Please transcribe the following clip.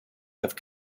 have